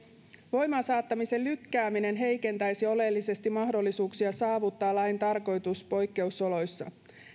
voimaansaattamisen lykkääminen heikentäisi oleellisesti mahdollisuuksia saavuttaa lain tarkoitus poikkeusoloissa